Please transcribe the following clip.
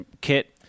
kit